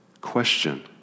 question